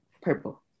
Purple